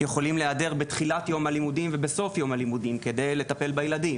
יכולים להיעדר בתחילת יום הלימודים ובסוף יום הלימודים כדי לטפל בילדים.